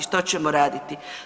Što ćemo raditi?